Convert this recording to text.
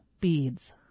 Beads